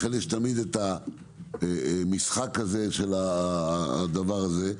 לכן יש המשחק הזה של הדבר הזה.